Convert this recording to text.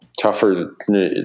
tougher